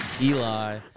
Eli